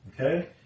Okay